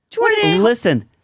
Listen